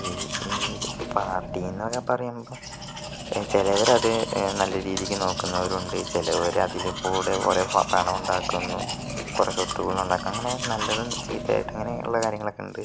ഈ ഈര് പാർട്ടി എന്നൊക്കെ പറയുമ്പം ചിലരത് നല്ല രീതിയ്ക്ക് നോക്കുന്നവരുണ്ട് ചിലര് അതിൻ്റെ കൂടെ ഓരേ പണമുണ്ടാക്കുന്നു കുറെ സ്വത്തുക്കളുണ്ടാക്കാ അങ്ങനെ നല്ലതും ചീത്തയായിട്ട് അങ്ങനെ ഉള്ള കാര്യങ്ങളക്കെ ഉണ്ട്